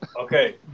Okay